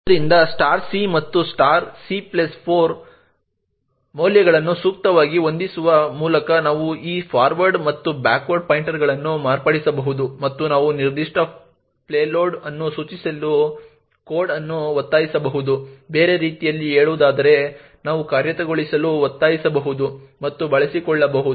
ಆದ್ದರಿಂದ c ಮತ್ತು c4 ಮೌಲ್ಯಗಳನ್ನು ಸೂಕ್ತವಾಗಿ ಹೊಂದಿಸುವ ಮೂಲಕ ನಾವು ಈ ಫಾರ್ವರ್ಡ್ ಮತ್ತು ಬ್ಯಾಕ್ ಪಾಯಿಂಟರ್ಗಳನ್ನು ಮಾರ್ಪಡಿಸಬಹುದು ಮತ್ತು ನಾವು ನಿರ್ದಿಷ್ಟ ಪೇಲೋಡ್ ಅನ್ನು ಚಲಾಯಿಸಲು ಕೋಡ್ ಅನ್ನು ಒತ್ತಾಯಿಸಬಹುದು ಬೇರೆ ರೀತಿಯಲ್ಲಿ ಹೇಳುವುದಾದರೆ ನಾವು ಕಾರ್ಯಗತಗೊಳಿಸಲು ಒತ್ತಾಯಿಸಬಹುದು ಮತ್ತು ಬಳಸಿಕೊಳ್ಳಬಹುದು